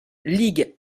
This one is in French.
ligue